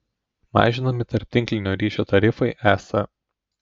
mažinami tarptinklinio ryšio tarifai es